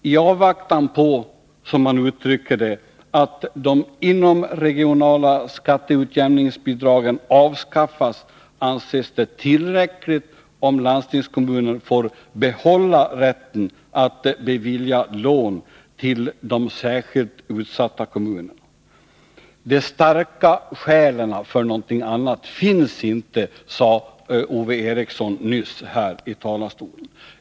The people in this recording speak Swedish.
I avvaktan på — som man uttrycker det — att de inomregionala skatteutjämningsbidragen avskaffas anses det tillräckligt om landstingskommunen får behålla rätten att bevilja lån till de särskilt utsatta kommunerna. De starka skälen för någonting annat finns inte, sade Ove Eriksson nyss från denna talarstol.